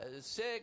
sick